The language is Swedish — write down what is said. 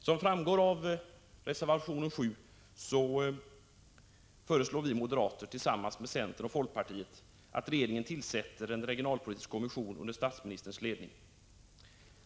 Som framgår av reservation 7 föreslår vi moderater, tillsammans med centern och folkpartiet, att regeringen tillsätter en regionalpolitisk kommission under statsministerns ledning.